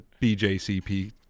BJCP